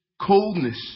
coldness